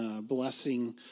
blessing